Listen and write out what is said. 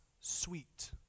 sweet